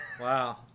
Wow